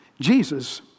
Jesus